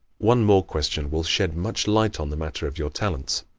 one more question will shed much light on the matter of your talents.